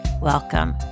welcome